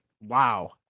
Wow